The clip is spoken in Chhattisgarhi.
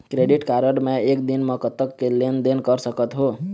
क्रेडिट कारड मे एक दिन म कतक के लेन देन कर सकत हो?